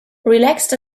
relaxed